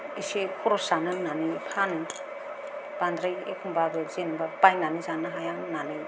इसे खरस जानो होन्नानै फानो बांद्राय एखम्बा जेनबा बायनानै जानो हाया होन्नानै